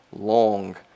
long